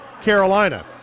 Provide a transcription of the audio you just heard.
Carolina